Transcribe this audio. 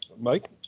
Mike